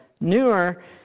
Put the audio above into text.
newer